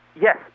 Yes